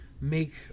make